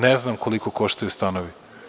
Ne znam koliko koštaju stanovi.